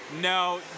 No